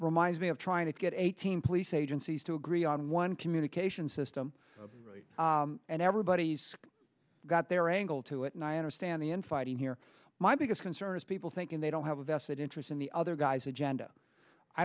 reminds me of trying to get eighteen police agencies to agree on one communication system and everybody's got their angle to it and i understand the infighting here my biggest concern is people thinking they don't have a vested interest in the other guy's agenda i